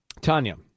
Tanya